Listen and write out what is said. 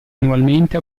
annualmente